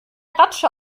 ratsche